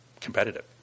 competitive